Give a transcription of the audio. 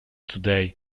today